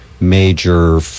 major